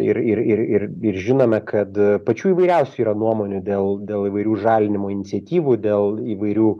ir ir ir ir ir žinome kad pačių įvairiausių yra nuomonių dėl dėl įvairių žalinimo iniciatyvų dėl įvairių